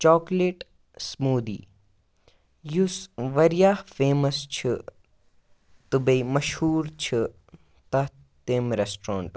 chocolate smoothie یُس واریاہ famous چھُ تہٕ بیٚیہِ مشہوٗر چھِ تَتھ تٔمۍ ریسٹرٛونٛٹُک